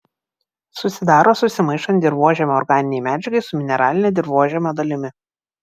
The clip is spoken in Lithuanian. susidaro susimaišant dirvožemio organinei medžiagai su mineraline dirvožemio dalimi